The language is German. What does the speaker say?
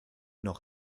noch